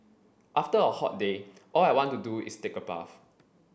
after a hot day all I want to do is take a bath